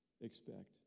expect